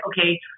okay